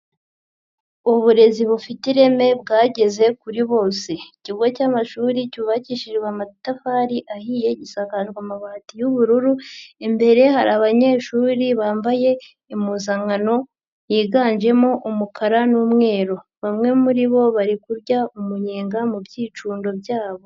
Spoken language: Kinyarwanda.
Uburezi bufite ireme bwageze kuri bose ikigo cy'amashuri cyubakishijwe amatafari ahiye, gisakajwe amabati y'ubururu, imbere hari abanyeshuri bambaye impuzankano yiganjemo umukara n'umweru, bamwe muri bo bari kurya umunyenga mu byicundo byabo.